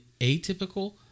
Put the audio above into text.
atypical